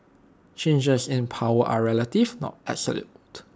changes in power are relative not absolute